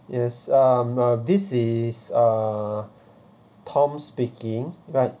yes um this is uh tom speaking right